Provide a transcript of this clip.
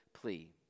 plea